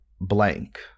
blank